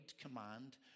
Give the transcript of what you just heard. command